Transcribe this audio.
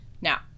Now